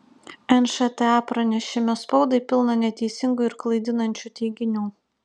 nšta pranešime spaudai pilna neteisingų ir klaidinančių teiginių